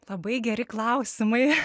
labai geri klausimai